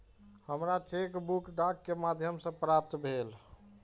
हमरा हमर chequebook डाक के माध्यम से प्राप्त भईल